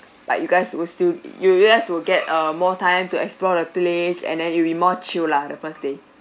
like you guys will still you you guys will get err more time to explore the place and then it'll be more chill lah the first day